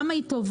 כמה היא טובה,